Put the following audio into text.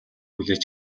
хүлээж